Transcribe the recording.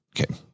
Okay